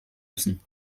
müssen